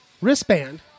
wristband